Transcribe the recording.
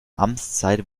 amtszeit